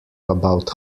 about